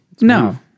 No